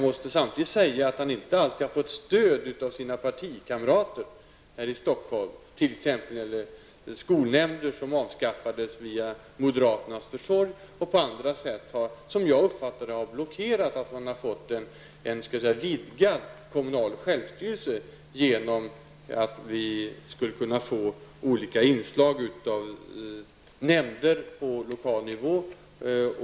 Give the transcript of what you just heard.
Men han har inte alltid fått stöd av sina partikamrater här i Stockholm. Det gäller t.ex. skolnämnder som har avskaffats med hjälp av moderaternas försorg och annat som har blockerat en vidgad kommunal självstyrelse. Det gäller här olika inslag av nämnder på lokal nivå.